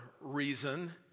reason